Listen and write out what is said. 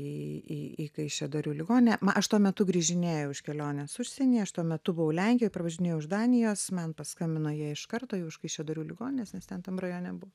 į į į kaišiadorių ligoninę ma aš tuo metu grįžinėjau iš kelionės užsienyje aš tuo metu buvau lenkijoj pravažinėjau iš danijos man paskambino jie iš karto iš kaišiadorių ligoninės nes ten tam rajone buvo